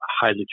highly